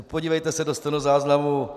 Podívejte se do stenozáznamu.